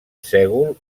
sègol